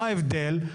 מה ההבדל?